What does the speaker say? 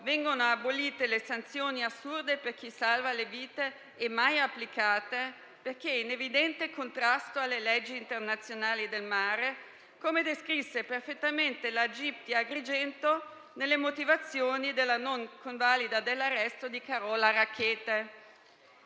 vengono abolite le sanzioni assurde per chi salva le vite, mai applicate perché in evidente contrasto alle leggi internazionali del mare, come descritto perfettamente dal giudice per le indagini preliminari di Agrigento nelle motivazioni della non convalida dell'arresto di Carola Rackete.